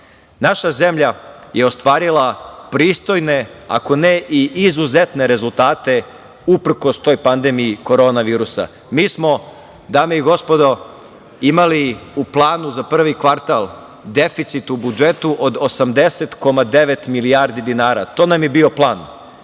naša zemlja je ostvarila pristojne, ako ne i izuzetne rezultate uprkos toj pandemiji korona virusa. Mi smo, dame i gospodo, imali u planu za prvi kvartal deficit u budžetu od 80,9 milijardi dinara. To nam je bio plan.